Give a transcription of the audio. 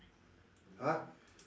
!huh!